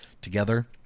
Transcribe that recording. together